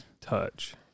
touch